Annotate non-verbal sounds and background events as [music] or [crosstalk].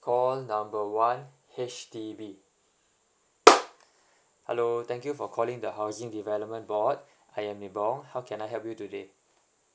call number one H_D_B [noise] hello thank you for calling the housing development board I am nibong how can I help you today